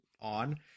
on